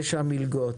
יש שם מלגות,